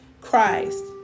Christ